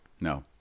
No